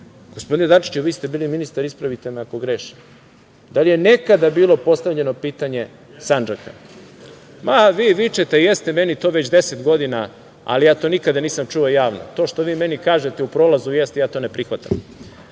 Gospodine Dačiću, vi ste bili ministar, ispravite me ako grešim, da li je nekada bilo postavljeno pitanje Sandžaka? Ma, vi vičete jeste meni to već deset godina, ali ja to nikada nisam čuo javno. To što vi meni kažete u prolazu, ja to ne prihvatam.